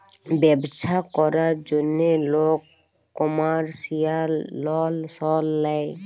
ব্যবছা ক্যরার জ্যনহে লক কমার্শিয়াল লল সল লেয়